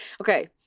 okay